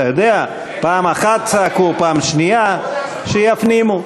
אתה יודע, פעם אחת צעקו, פעם שנייה, שיפנימו.